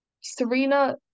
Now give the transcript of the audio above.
Serena